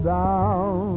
down